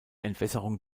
entwässerung